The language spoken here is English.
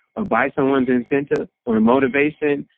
or buy someone's incentive, or motivation,